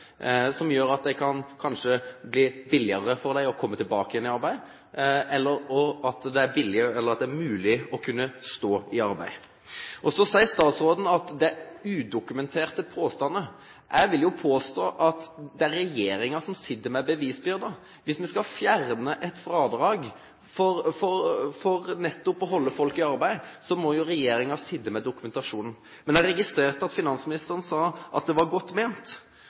som gjør at det kanskje kan bli billigere for dem å komme tilbake igjen i arbeid, eller at det er mulig å kunne stå i arbeid. Så sier statsråden at det er «udokumenterte påstander». Jeg vil jo påstå at det er regjeringen som sitter med bevisbyrden. Hvis vi skal fjerne et fradrag for nettopp å holde folk i arbeid, må jo regjeringen sitte med dokumentasjonen. Men jeg registrerte at finansministeren sa at det var godt ment.